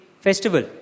festival